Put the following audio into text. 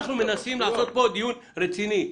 אנחנו מנסים לעשות פה דיון רציני.